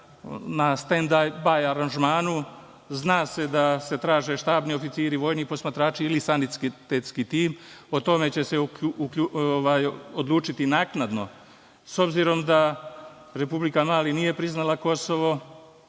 na stend-baj aranžmanu, zna se da se traže štabni oficiri, vojni posmatrači ili sanitetski tim, o tome će se odlučiti naknadno. S obzirom da Republika Mali nije priznala Kosovo